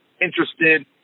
interested